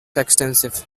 extensive